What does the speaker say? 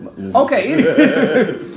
Okay